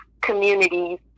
communities